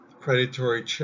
predatory